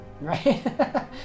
right